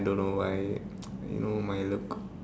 don't know why you know my look